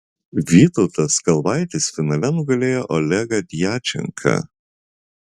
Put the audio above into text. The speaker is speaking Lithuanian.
vytautas kalvaitis finale nugalėjo olegą djačenką